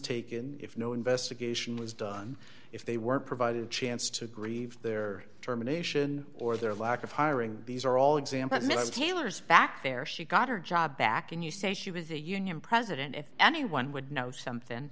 taken if no investigation was done if they weren't provided a chance to grieve their terminations or their lack of hiring these are all example mr taylor's back there she got her job back and you say she was a union president if anyone would know something